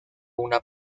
una